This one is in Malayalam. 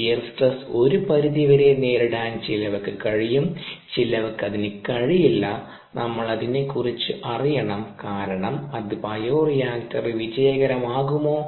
ഷിയർ സ്ട്രെസ്സ് ഒരു പരിധി വരെ നേരിടാൻ ചിലവക്ക് കഴിയും ചിലവക്ക് അതിന് കഴിയില്ല നമ്മൾ അതിനെക്കുറിച്ച് അറിയണം കാരണം അത് ബയോറിയാക്ടർ വിജയകരമാകുമോ